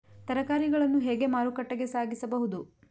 ತರಕಾರಿಗಳನ್ನು ಹೇಗೆ ಮಾರುಕಟ್ಟೆಗೆ ಸಾಗಿಸಬಹುದು?